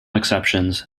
exceptions